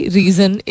reason